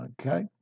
okay